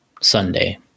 Sunday